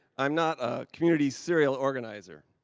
i'm not a communities serial organizer.